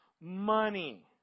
money